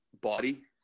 body